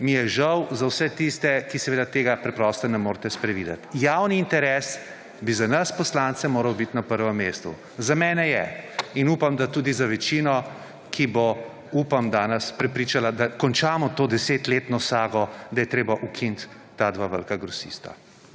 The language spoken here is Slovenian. mi je žal za vse tiste, ki seveda tega preprosto ne morete sprevideti. Javni interes bi za nas poslance moral biti na prvem mestu. Za mene je in upam, da tudi za večino, ki bo, upam, danes prepričala, da končamo to desetletno sago, da je treba ukiniti ta dva velika grosista.